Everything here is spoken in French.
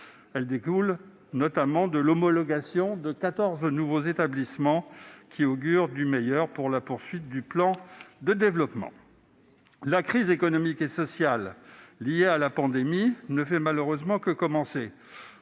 découle essentiellement de l'homologation de quatorze nouveaux établissements, qui augure du meilleur pour la poursuite du plan de développement. La crise économique et sociale liée à la pandémie ne fait malheureusement que commencer.